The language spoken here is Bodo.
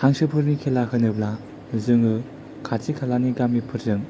हांसोफोरनि खेला होनोब्ला जोङो खाथि खालानि गामिफोरजों